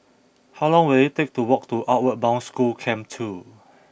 how long will it take to walk to Outward Bound School Camp two